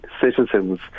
citizens